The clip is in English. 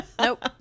nope